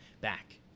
Back